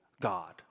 God